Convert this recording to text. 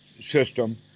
system